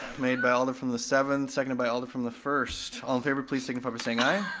made by alder from the seventh, seconded by alder from the first. all in favor please signify by saying aye.